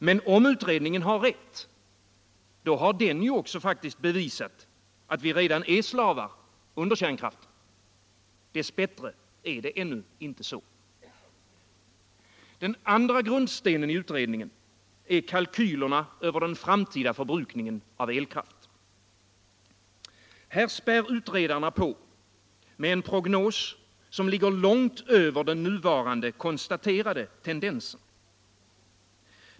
Men om utredningen har rätt — då har den ju också faktiskt bevisat att vi redan är slavar under kärnkraften. Dess bättre är det ännu inte så. Den andra grundstenen i utredningen är kalkylerna över den framtida förbrukningen av elkraft. Här spär utredarna på med en prognos som ligger långt över den nuvarande konstaterade tendensen.